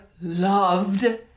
loved